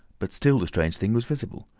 but still the strange thing was visible.